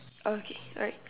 okay alright